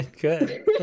Good